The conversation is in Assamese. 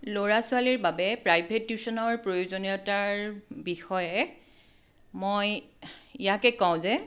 ল'ৰা ছোৱালীৰ বাবে প্ৰাইভেট টিউশ্যনৰ প্ৰয়োজনীয়তাৰ বিষয়ে মই ইয়াকে কওঁ যে